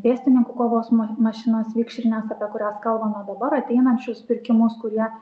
pėstininkų kovos ma mašinos vikšrinės apie kurias kalbama dabar ateinančius pirkimus kurie